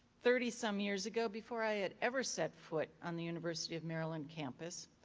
thirty some years ago, before i had ever set foot on the university of maryland campus,